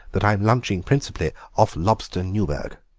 that i'm lunching principally off lobster newburg.